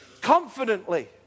Confidently